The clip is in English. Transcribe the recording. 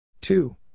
Two